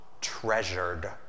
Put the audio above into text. treasured